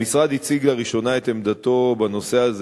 המשרד הציג לראשונה את עמדתו בנושא הזה